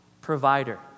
provider